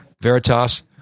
Veritas